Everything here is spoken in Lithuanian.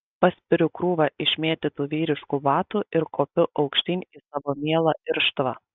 paspiriu krūvą išmėtytų vyriškų batų ir kopiu aukštyn į savo mielą irštvą